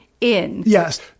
Yes